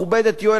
יואל חסון,